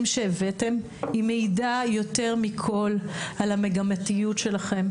שהבאתן מעידה יותר מכל על המגמתיות שלכן,